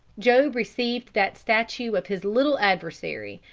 job received that statue of his little adversary,